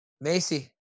Macy